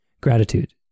gratitude